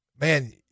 man